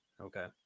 Okay